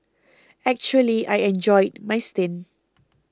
actually I enjoyed my stint